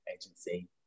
agency